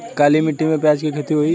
काली माटी में प्याज के खेती होई?